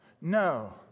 No